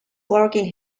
working